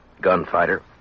Gunfighter